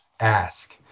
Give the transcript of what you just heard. ask